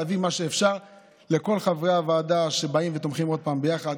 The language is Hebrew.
להביא מה שאפשר לכל חברי הוועדה שבאים ותומכים עוד פעם ביחד,